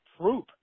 troop